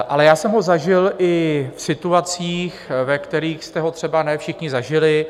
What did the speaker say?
Ale já jsem ho zažil i v situacích, ve kterých jste ho třeba ne všichni zažili.